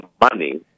money